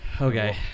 Okay